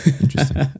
Interesting